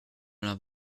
una